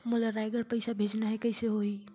मोला रायगढ़ पइसा भेजना हैं, कइसे होही?